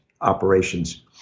operations